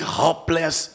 hopeless